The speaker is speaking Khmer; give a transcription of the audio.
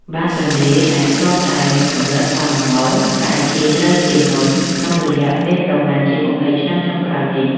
បាតទន្លេដែលធ្លាប់តែមានកម្រិតសមល្មមប្រែជាជ្រៅជាងមុន ក្នុងរយៈពេលប្រមាណជាម្ភៃឆ្នាំចុងក្រោយនេះ។